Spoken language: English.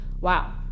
Wow